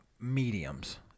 mediums